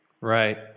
Right